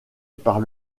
par